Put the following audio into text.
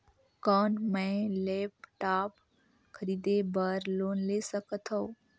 कौन मैं लेपटॉप खरीदे बर लोन ले सकथव?